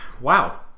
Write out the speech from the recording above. Wow